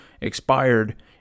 expired